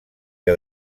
que